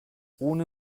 ohne